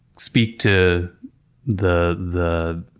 speak to the the